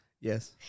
Yes